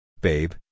Babe